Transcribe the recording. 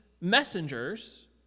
messengers